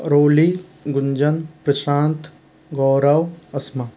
Roli Gunjan Prashant Gaurav Asma